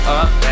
up